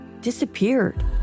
disappeared